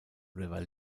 river